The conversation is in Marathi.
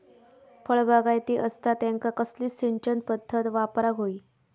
फळबागायती असता त्यांका कसली सिंचन पदधत वापराक होई?